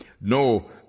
No